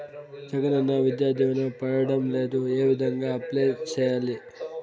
జగనన్న విద్యా దీవెన పడడం లేదు ఏ విధంగా అప్లై సేయాలి